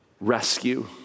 rescue